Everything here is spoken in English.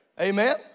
Amen